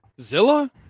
Zilla